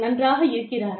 நன்றாக இருக்கிறாரா